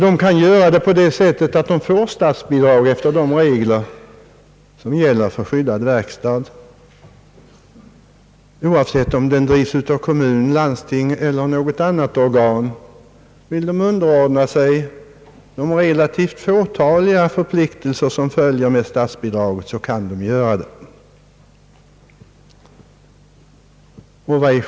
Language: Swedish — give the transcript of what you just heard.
Det kan gå till så att omsorgsstyrelsen får statsbidrag efter de regler som gäller för skyddad verkstad, oavsett om den drivs av kommun, landsting eller något annat organ. Vill man underordna sig de relativt fåtaliga förpliktelser som följer med statsbidragen, möter inget hinder.